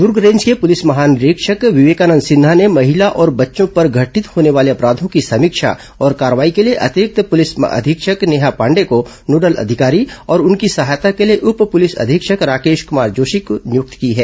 दुर्ग range के police महानिरीक्षक विवेकानंद सिन्हा ने महिला और बच्चों पर घटित होने वाले अपराधों की समीक्षा और कार्रवाई के लिए अतिरिक्त पुलिस अधीक्षक नेहा पांडेय को नोडल अधिकारी और उनकी सहायता को लिए उप पुलिस अधीक्षक राकेश कुमार जोशी की नियुक्ति की है